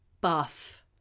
buff